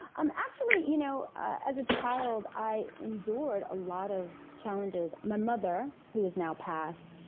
um actually, you know as a child, i endured a lot of challenges. my mother, who has now passed,